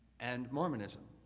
and mormonism.